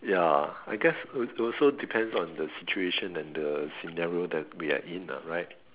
ya I guess it also depends on the situation and the scenario that we are in ah right